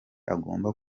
agomba